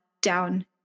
down